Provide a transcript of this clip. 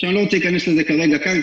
אני לא רוצה להיכנס לזה כרגע כאן.